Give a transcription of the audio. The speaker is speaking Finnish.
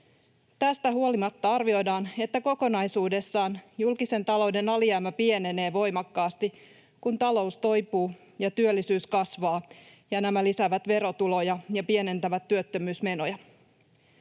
Tästä huolimatta arvioidaan, että kokonaisuudessaan julkisen talouden alijäämä pienenee voimakkaasti, kun talous toipuu ja työllisyys kasvaa, ja nämä lisäävät verotuloja ja pienentävät työttömyysmenoja.